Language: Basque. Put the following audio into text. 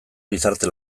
gizarte